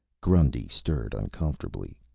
grundy stirred uncomfortably.